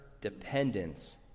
dependence